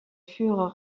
furent